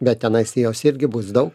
bet tenais jos irgi bus daug